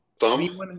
Thumb